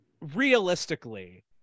realistically